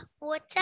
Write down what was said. Water